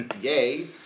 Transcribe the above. Yay